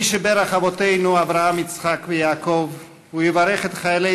מי שבירך אבותינו אברהם יצחק ויעקב הוא יברך את חיילי